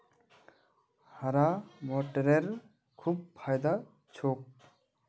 हरा मटरेर खूब फायदा छोक